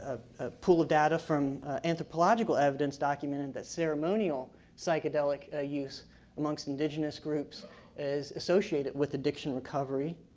ah pool of data from anthropological evidence documenting that ceremonial psychedelic ah use amongst indigenous groups is associated with addiction recovery.